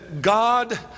god